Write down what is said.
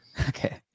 Okay